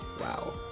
wow